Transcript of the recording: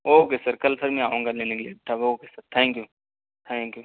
okay sir کل پھر میں آؤں گا لینے کے لیے تب okay sir thank you thank you